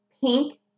pink